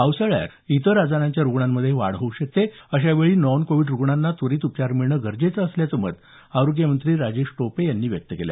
पावसाळ्यात इतर आजारांच्या रुग्णांमध्येही वाढ होऊ शकते अशा वेळी नॉन कोविड रुग्णांना त्वरित उपचार मिळणं गरजेचं असल्याचं आरोग्य मंत्री राजेश टोपे यावेळी म्हणाले